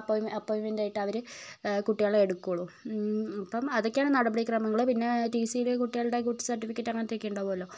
അപ്പം അപ്പോയ്ൻമെൻറ്റായിട്ട് അവര് കുട്ടികളെ എടുക്കുകയുള്ളു അപ്പം അതൊക്കെയാണ് നടപടി ക്രമങ്ങള് പിന്നെ ടീസിയില് കുട്ടികളുടെ ഗുഡ് സർട്ടിഫിക്കറ്റ് അങ്ങനത്തെയൊക്കെ ഉണ്ടാകുമല്ലൊ